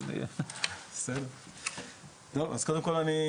אז קודם כל,